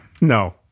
No